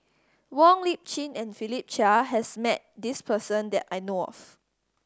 Wong Lip Chin and Philip Chia has met this person that I know of